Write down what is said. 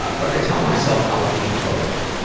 but i tell myself i'll eat both.